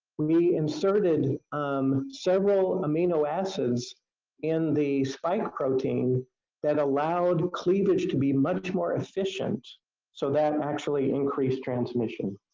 we inserted um several amino acids in the spike protein that allowed cleavage to be much more efficient so that actually increased transmission